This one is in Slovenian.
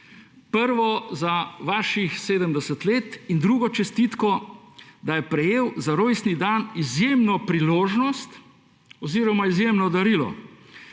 Prvo za vaših 70 let in drugo čestitko, da ste prejeli za rojstni dan izjemno priložnost oziroma izjemno darilo